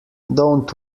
don’t